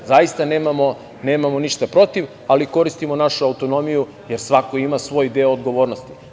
Zaista nemamo ništa protiv ali koristimo našu autonomiju, jer svako ima svoj deo odgovornosti.